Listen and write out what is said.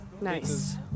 Nice